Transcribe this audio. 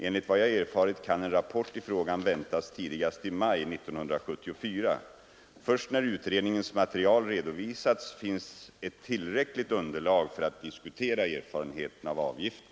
Enligt vad jag erfarit kan en rapport i frågan väntas tidigast i maj 1974. Först när utredningens material redovisats finns ett tillräckligt underlag för att diskutera erfarenheterna av avgiften.